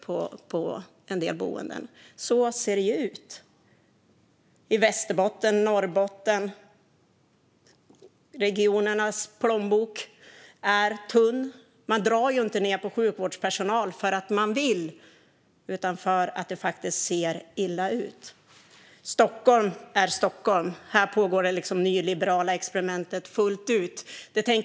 I Västerbotten och Norrbotten är regionernas plånbok tunn. De drar inte ned på sjukvårdspersonal för att man vill utan för att man är tvungen. Stockholm är Stockholm, och här pågår det nyliberala experimentet fullt ut.